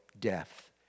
death